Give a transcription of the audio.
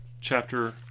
chapter